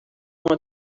uma